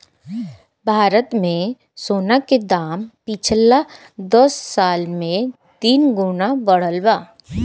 भारत मे सोना के दाम पिछला दस साल मे तीन गुना बढ़ल बा